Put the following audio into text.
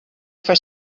for